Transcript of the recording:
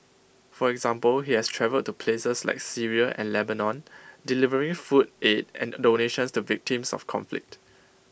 for example he has travelled to places like Syria and Lebanon delivering food aid and donations to victims of conflict